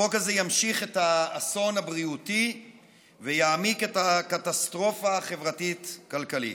החוק הזה ימשיך את האסון הבריאותי ויעמיק את הקטסטרופה החברתית-כלכלית.